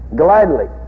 gladly